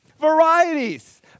Varieties